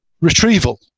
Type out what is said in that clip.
retrieval